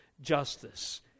justice